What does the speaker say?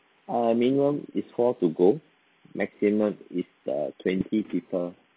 err minimum is four to go maximum is err twenty people